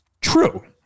true